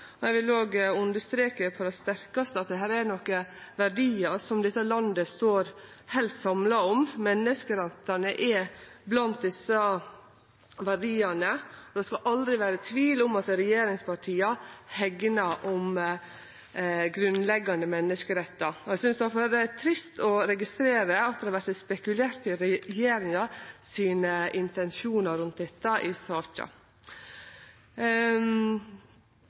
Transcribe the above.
enno. Eg vil òg understreke på det sterkaste at det er nokre verdiar som dette landet står heilt samla om. Menneskerettane er blant desse verdiane, og det skal aldri vere tvil om at regjeringspartia hegnar om grunnleggjande menneskerettar. Eg synest difor det er trist å registrere at det har vore spekulert i kva intensjonar regjeringa har kring dette i denne saka.